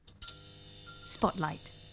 Spotlight